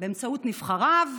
באמצעות נבחריו,